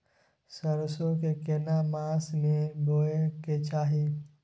सरसो के केना मास में बोय के चाही?